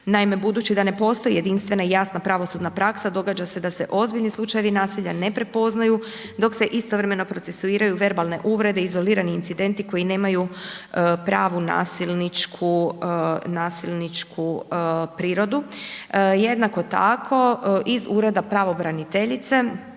Naime, budući da ne postoji jedinstvena i jasna pravosudna praksa događa se da se ozbiljni slučajevi nasilja ne prepoznaju dok se istovremeno procesuiraju verbalne uvrede, izolirani incidenti koji nemaju pravu nasilničku prirodu. Jednako tako iz Ureda pravobraniteljice